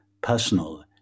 personal